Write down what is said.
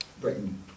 Britain